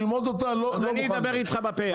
אז אני אדבר איתך בפה.